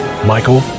Michael